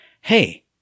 Hey